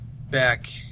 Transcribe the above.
back